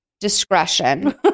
discretion